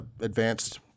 advanced